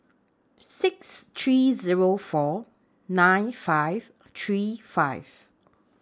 six three Zero four nine five three five